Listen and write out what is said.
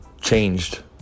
changed